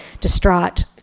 distraught